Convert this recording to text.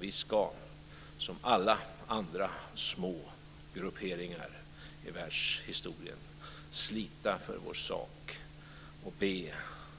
Vi ska, som alla andra små grupperingar i världshistorien, slita för vår sak och be